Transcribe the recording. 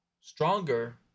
stronger